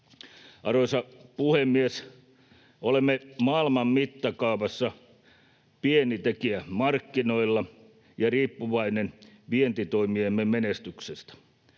Arvoisa puhemies! Olemme maailman mittakaavassa pieni tekijä markkinoilla ja riippuvainen vientitoimiemme menestyksestä.